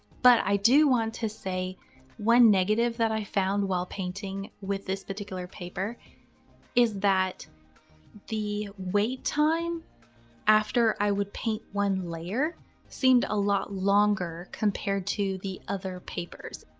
but i do want to say one negative that i found while painting with this particular paper is that the wait time after i would paint one layer seemed a lot longer compared to the other papers.